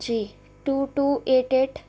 ji two two eight eight